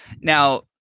now